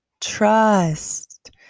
trust